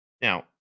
Now